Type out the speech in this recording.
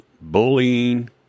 bullying